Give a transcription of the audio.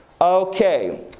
okay